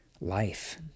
life